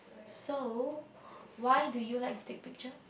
so why do you like to take picture